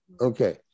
okay